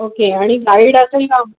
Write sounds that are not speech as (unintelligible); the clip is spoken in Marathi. ओके आणि गाईड असेल का (unintelligible)